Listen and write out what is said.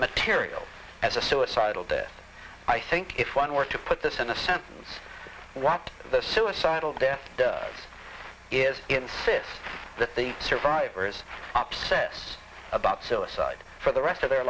material as a suicidal death i think if one were to put this in a sense of what the suicidal death is insist that the survivors abscess about suicide for the rest of their